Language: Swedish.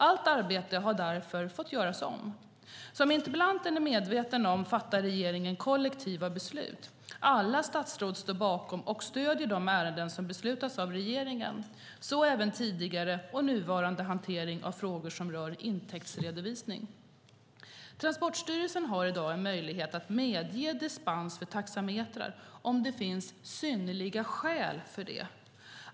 Allt arbete har därför fått göras om. Som interpellanten är medveten om fattar regeringen kollektiva beslut. Alla statsråd står bakom och stöder de ärenden som beslutas av regeringen, så även tidigare och nuvarande hantering av frågor som rör intäktsredovisning. Transportstyrelsen har i dag en möjlighet att medge dispens för taxametrar om det finns synnerliga skäl för det.